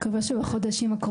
כמה זמן היא כבר